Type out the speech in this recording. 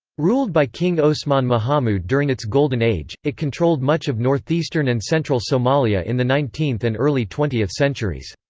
ruled by king osman mahamuud during its golden age, it controlled much of northeastern and central somalia in the nineteenth and early twentieth centuries.